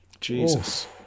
Jesus